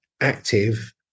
active